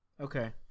okay